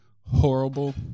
horrible